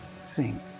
Sing